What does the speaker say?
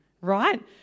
right